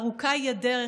/ ארוכה היא הדרך,